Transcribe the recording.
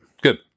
Good